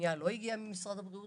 הפנייה לא הגיעה ממשרד הבריאות,